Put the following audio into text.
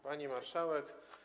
Pani Marszałek!